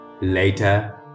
Later